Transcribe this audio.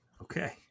Okay